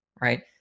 right